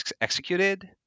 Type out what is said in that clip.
executed